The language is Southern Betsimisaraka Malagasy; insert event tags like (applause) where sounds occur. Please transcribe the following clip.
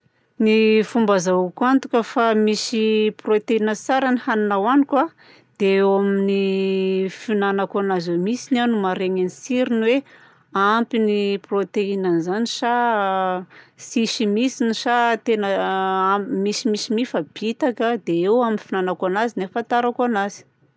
Ny fomba ahazoako antoka fa misy (hesitation) proteinina tsara ny hanina ohaniko a dia eo amin'ny fihignanako anazy mihitsy aho no mahare ny jirony hoe ampy ny proteinina an'izany sa (hesitation) tsisy mihitsy sa tena a (hesitation) am- misy misy mia fa bitaka. Dia eo amin'ny fihignanako anazy no ahafantarako anazy.